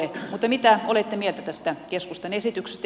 mitä olette mieltä tästä keskustan esityksestä